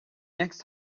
next